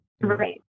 right